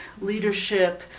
leadership